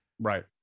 Right